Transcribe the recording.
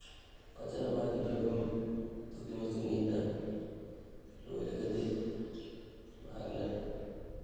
ꯐꯖꯅ ꯃꯥꯒꯤ ꯐꯤꯚꯝꯗꯨꯒꯤ ꯃꯇꯨꯡꯏꯟꯅ ꯂꯣꯏꯔꯒꯗꯤ ꯃꯍꯥꯛꯅ